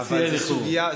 אצלי אין איחור.